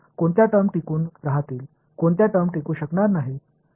कोणत्या टर्म टिकून राहतील कोणत्या टर्म टिकू शकणार नाहीत